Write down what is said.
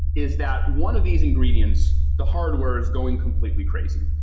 is that one of these ingredients, the hardware is going completely crazy.